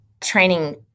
training